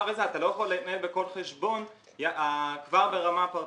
הזה אתה לא יכול לנהל כל חשבון כבר ברמה הפרטנית.